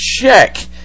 check